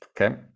Okay